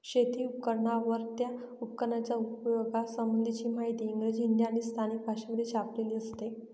शेती उपकरणांवर, त्या उपकरणाच्या उपयोगा संबंधीची माहिती इंग्रजी, हिंदी आणि स्थानिक भाषेमध्ये छापलेली असते